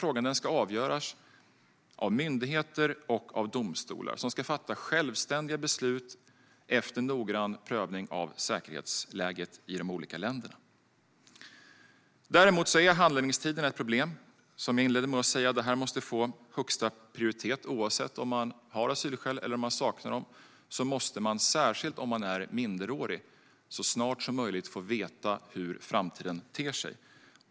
Frågan ska avgöras av myndigheter och domstolar som ska fatta självständiga beslut efter noggrann prövning av säkerhetsläget i de olika länderna. Däremot är handläggningstiderna ett problem. Som jag inledde med att säga måste detta få högsta prioritet. Oavsett om man har asylskäl eller om man saknar dem måste man, särskilt om man är minderårig, så snart som möjligt få veta hur framtiden ter sig.